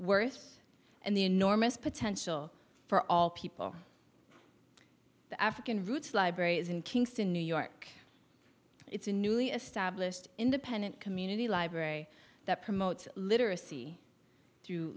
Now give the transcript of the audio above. worth and the enormous potential for all people the african roots libraries in kingston new york it's a newly established independent community library that promote literacy